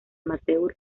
amateur